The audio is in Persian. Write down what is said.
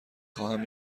خواهم